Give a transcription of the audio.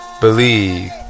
believe